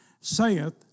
saith